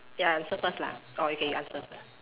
ya I answer first lah orh okay you answer first